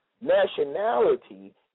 nationality